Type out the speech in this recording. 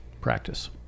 practice